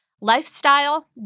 lifestyle